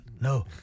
no